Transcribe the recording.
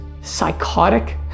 psychotic